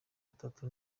batatu